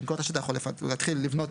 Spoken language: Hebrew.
(ו) שר האוצר ימסור לבעל הקרקע הודעה